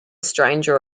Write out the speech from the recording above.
stranger